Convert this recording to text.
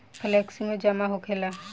Flexi जमा का होखेला?